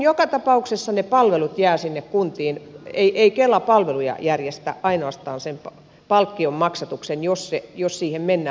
joka tapauksessa ne palvelut jäävät sinne kuntiin ei kela palveluja järjestä ainoastaan sen palkkion maksatuksen jos siihen mennään